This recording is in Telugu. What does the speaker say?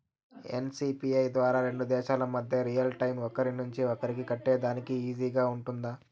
ఎన్.సి.పి.ఐ ద్వారా రెండు దేశాల మధ్య రియల్ టైము ఒకరి నుంచి ఒకరికి కట్టేదానికి ఈజీగా గా ఉంటుందా?